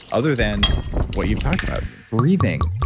other than what you've talking about, breathing,